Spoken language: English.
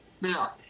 Now